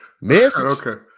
Message